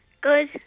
Good